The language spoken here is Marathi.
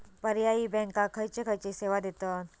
पर्यायी बँका खयचे खयचे सेवा देतत?